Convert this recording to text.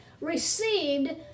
received